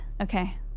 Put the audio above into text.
okay